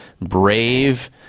brave